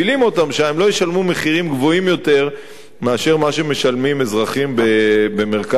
שהם לא ישלמו מחירים גבוהים יותר ממה שמשלמים אזרחים במרכז הארץ.